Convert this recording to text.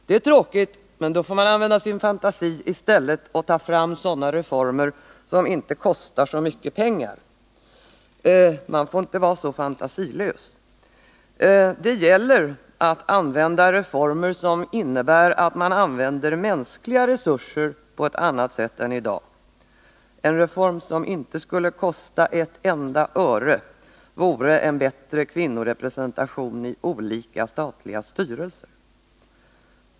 Det är tråkigt, men då får man använda sin fantasi i stället och ta fram sådana reformer som inte kostar så mycket pengar. Man får inte vara fantasilös. Det gäller att välja reformer som innebär att man använder mänskliga resurser på ett annat sätt än i dag. En reform som inte skulle kosta ett enda öre vore en bättre kvinnorepresentation i olika statliga styrelser.